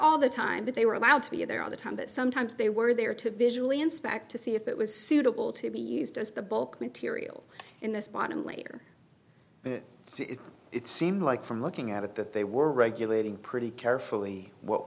all the time but they were allowed to be there on the time but sometimes they were there to visually inspect to see if it was suitable to be used as the bulk material in this bottom layer it seemed like from looking at it that they were regulating pretty carefully what